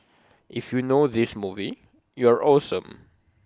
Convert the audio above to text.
if you know this movie you're awesome